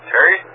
Terry